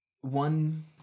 one